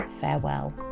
farewell